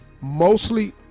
mostly